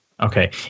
Okay